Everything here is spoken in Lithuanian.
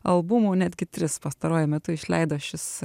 albumų netgi tris pastaruoju metu išleido šis